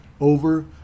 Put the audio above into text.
over